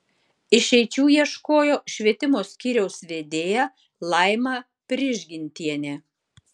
išeičių ieškojo švietimo skyriaus vedėja laima prižgintienė